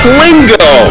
lingo